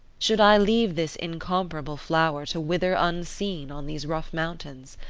should i leave this incomparable flower to wither unseen on these rough mountains?